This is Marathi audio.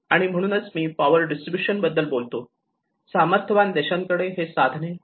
आणि म्हणूनच मी पावर डिस्ट्रीब्यूशन बद्दल बोललो सामर्थ्यवान देशांकडे हे साधने तंत्र आणि नेटवर्क आहेत